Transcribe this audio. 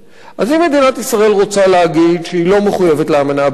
אז אם מדינת ישראל רוצה להגיד שהיא לא מחויבת לאמנה הבין-לאומית,